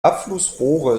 abflussrohre